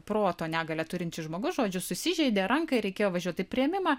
proto negalią turintis žmogus žodžiu susižeidė ranką ir reikėjo važiuot į priėmimą